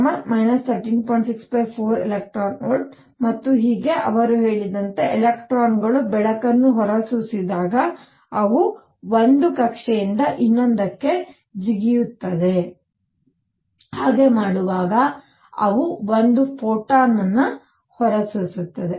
64 eVಮತ್ತು ಹೀಗೆ ಅವರು ಹೇಳಿದಂತೆ ಎಲೆಕ್ಟ್ರಾನ್ಗಳು ಬೆಳಕನ್ನು ಹೊರಸೂಸಿದಾಗ ಅವು ಒಂದು ಕಕ್ಷೆಯಿಂದ ಇನ್ನೊಂದಕ್ಕೆ ಜಿಗಿಯುತ್ತವೆ ಹಾಗೆ ಮಾಡುವಾಗ ಅವು ಒಂದು ಫೋಟಾನ್ ಅನ್ನು ಹೊರಸೂಸುತ್ತವೆ